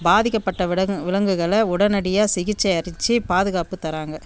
பாதிக்கப்பட்ட விடங் விலங்குகளை உடனடியாக சிகிச்சை அளித்து பாதுகாப்பு தராங்கள்